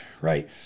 right